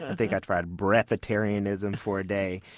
ah think i tried breath-atarianism for a day.